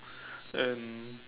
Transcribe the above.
and